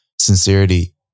sincerity